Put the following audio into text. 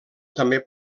també